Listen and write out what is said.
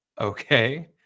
okay